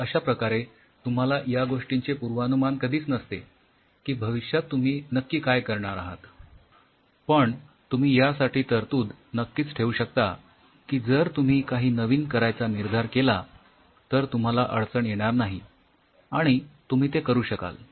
तर अश्या प्रकारे तुम्हाला या गोष्टीचे पूर्वानुमान कधीच नसते की भविष्यात तुम्ही नक्की काय करणार आहेत पण तुम्ही यासाठी तरतूद नक्कीच ठेवू शकता की जर तुम्ही काही नवीन करायचा निर्धार केला तर तुम्हाला अडचण येणार नाही आणि तुम्ही ते करू शकाल